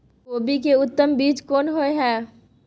कोबी के उत्तम बीज कोन होय है?